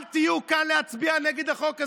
אל תהיו כאן להצביע נגד החוק הזה.